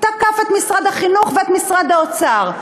תקפו את משרד החינוך ואת משרד האוצר.